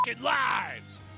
lives